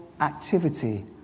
activity